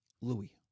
Louis